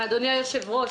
אדוני היושב-ראש,